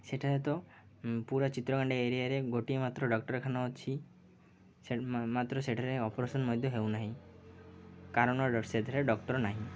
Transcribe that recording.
ସେଠାରେ ତ ପୁରା ଚିତ୍ରଗଣ୍ଡା ଏରିଆରେ ଗୋଟିଏ ମାତ୍ର ଡ଼କ୍ଟରଖାନା ଅଛି ସେ ମାତ୍ର ସେଠାରେ ଅପରେସନ୍ ମଧ୍ୟ ହେଉନାହିଁ କାରଣ ସେଥିରେ ଡ଼କ୍ଟର୍ ନାହିଁ